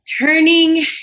Turning